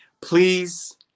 Please